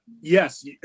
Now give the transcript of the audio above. yes